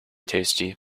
tasty